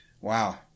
wow